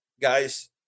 guys